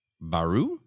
Baru